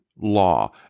law